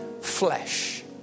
flesh